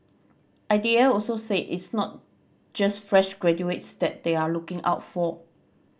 I D A also said it's not just fresh graduates that they are looking out for